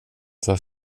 tar